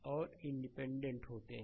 और इंडिपेंडेंट होते हैं